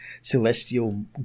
celestial